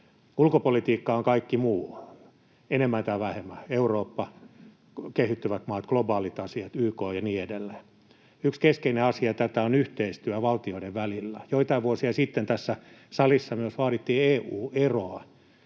Ulkopolitiikkaa on kaikki muu, enemmän tai vähemmän, Eurooppa, kehittyvät maat, globaalit asiat, YK ja niin edelleen. Yksi keskeinen asia tätä on yhteistyö valtioiden välillä. Joitain vuosia sitten tässä salissa myös vaadittiin EU-eroa.